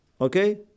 okay